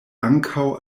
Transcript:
ankaŭ